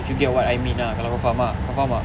if you get what I mean ah kalau faham ah kau faham tak